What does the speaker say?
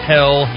Hell